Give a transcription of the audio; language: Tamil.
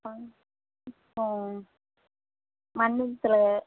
ஆ ம் மண்ணில்த்துல